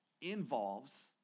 involves